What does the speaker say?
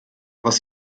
was